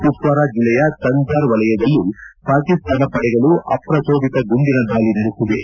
ಕುಪ್ಟಾರ ಜಿಲ್ಲೆಯ ತಂಗ್ದಾರ್ ವಲಯದಲ್ಲೂ ಪಾಕಿಸ್ತಾನ ಪಡೆಗಳು ಅಪ್ರಜೋದಿತ ಗುಂಡಿನ ದಾಳಿ ನಡೆಸಿವೆ